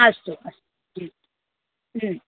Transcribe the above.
अस्तु अस्तु